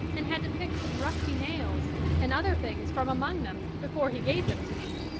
and had to pick some rusty nails and other things from among them before he gave them to me.